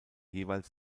jeweils